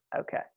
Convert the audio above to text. Okay